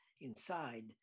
inside